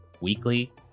weekly